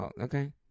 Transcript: Okay